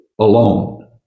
alone